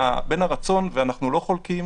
ואנחנו לא חולקים,